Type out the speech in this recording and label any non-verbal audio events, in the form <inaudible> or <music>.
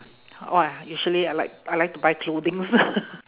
what usually I like I like to buy clothings <laughs>